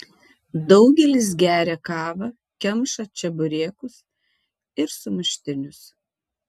daugelis geria kavą kemša čeburekus ir sumuštinius